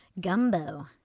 gumbo